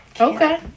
Okay